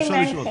להורים אין חסד.